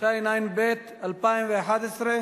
התשע"ב 2011,